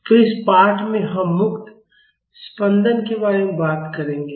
तो इस पाठ में हम मुक्त स्पंदन के बारे में बात करेंगे